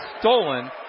stolen